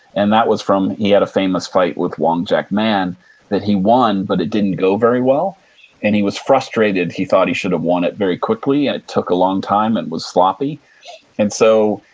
and that was from he had a famous fight with wong jack man that he won, but it didn't go very well and he was frustrated. he thought he should have won it very quickly and it took a long time and it was sloppy and so,